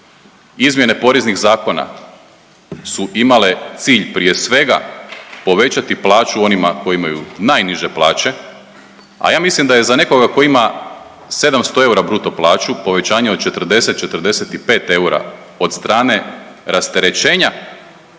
Izmjene poreznih zakona su imale cilj prije svega povećati plaću onima koji imaju najniže plaće, a ja mislim da je za nekoga tko ima 700 eura bruto plaću povećanje od 40, 45 eura od strane rasterećenja